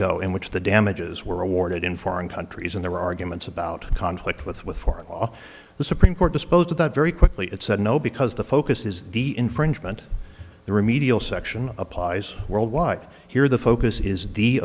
ko in which the damages were awarded in foreign countries and there were arguments about conflict with with foreign law the supreme court disposed of that very quickly it said no because the focus is the infringement the remedial section applies worldwide here the focus is